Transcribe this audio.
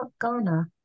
Ghana